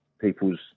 people's